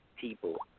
people